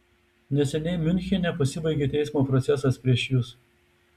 neseniai miunchene pasibaigė teismo procesas prieš jus